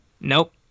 Nope